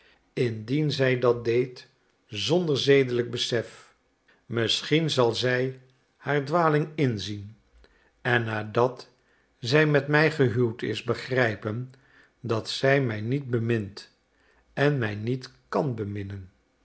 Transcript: indien zij dat deed zonder zedelijk besef misschien zal zij haar dwaling inzien en nadat zij met mij gehuwd is begrijpen dat zij mij niet bemint en mij niet kan